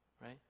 right